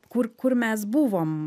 kur kur mes buvom